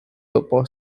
football